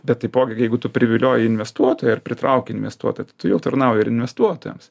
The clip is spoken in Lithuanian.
bet taipogi jeigu tu privilioji investuotoją ir pritrauki investuotoją tai tu jau tarnauji ir investuotojams